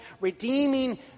redeeming